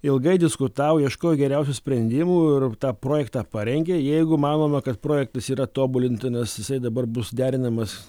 ilgai diskutavo ieškojo geriausių sprendimų ir tą projektą parengė jeigu manome kad projektas yra tobulintinas jisai dabar bus derinamas